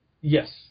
Yes